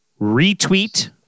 Retweet